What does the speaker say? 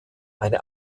eine